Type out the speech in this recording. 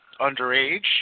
underage